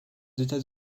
états